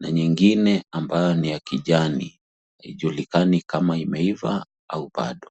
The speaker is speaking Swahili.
na nyingine ambayo ni ya kijani haijulikani kama imeiva au bado.